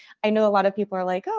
i know a lot of people are like,